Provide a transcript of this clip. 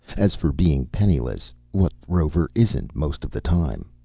as for being penniless what rover isn't, most of the time?